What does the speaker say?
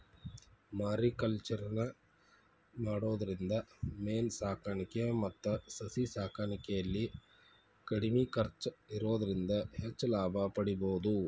mariculture ನ ಮಾಡೋದ್ರಿಂದ ಮೇನ ಸಾಕಾಣಿಕೆ ಮತ್ತ ಸಸಿ ಸಾಕಾಣಿಕೆಯಲ್ಲಿ ಕಡಿಮೆ ಖರ್ಚ್ ಇರೋದ್ರಿಂದ ಹೆಚ್ಚ್ ಲಾಭ ಪಡೇಬೋದು